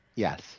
Yes